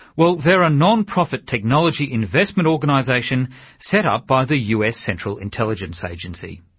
well they're a non-profit technology investment organisation set up by the us central intelligence agency,